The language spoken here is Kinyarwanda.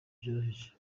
byoroheje